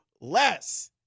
less